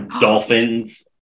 dolphins